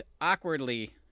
awkwardly